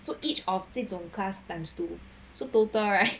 so each of 这种 class times two so total right